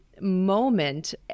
moment